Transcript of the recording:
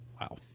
Wow